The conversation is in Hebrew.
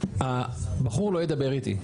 הבחור לא ידבר איתי.